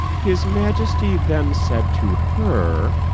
his majesty then said to her,